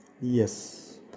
Yes